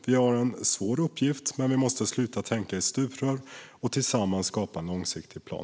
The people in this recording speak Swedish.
Vi har en svår uppgift, men vi måste sluta tänka i stuprör och tillsammans skapa en långsiktig plan.